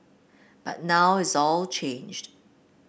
but now it's all changed